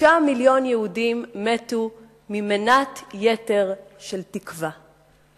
שישה מיליון יהודים מתו ממנת יתר של תקווה.